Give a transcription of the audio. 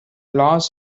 loss